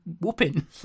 whooping